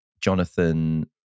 Jonathan